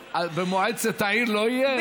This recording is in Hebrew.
במועצת העיר לא יהיה?